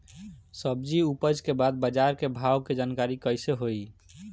सब्जी उपज के बाद बाजार के भाव के जानकारी कैसे होई?